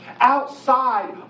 Outside